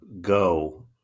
go